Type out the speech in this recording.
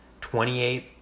28